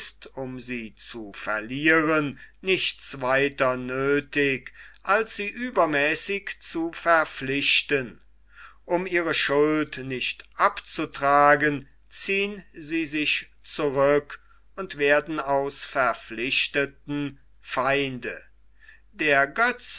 um sie zu verlieren nichts weiter nöthig als sie übermäßig zu verpflichten um ihre schuld nicht abzutragen ziehn sie sich zurück und werden aus verpflichteten feinde der